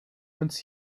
uns